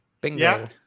Bingo